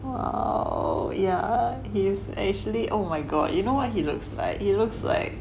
err yeah he's actually oh my god you know what he looks like he looks like